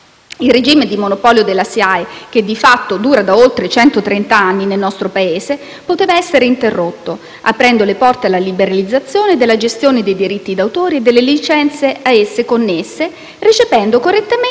Il regime di monopolio della SIAE che, di fatto, dura da oltre centotrent'anni nel nostro Paese, poteva essere interrotto, aprendo le porte alla liberalizzazione della gestione dei diritti d'autore e delle licenze a esse connesse, recependo correttamente